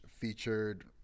featured